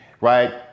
Right